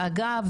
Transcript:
ואגב,